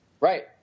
Right